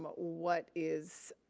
what what is,